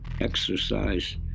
exercise